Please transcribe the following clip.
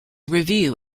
review